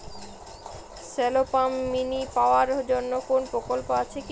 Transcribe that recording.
Shallow pump mini power জন্য কোনো প্রকল্প আছে কি?